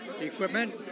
equipment